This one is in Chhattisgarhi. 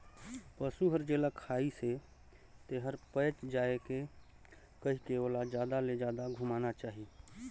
पसु हर जेला खाइसे तेहर पयच जाये कहिके ओला जादा ले जादा घुमाना चाही